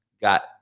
got